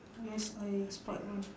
yes I spot one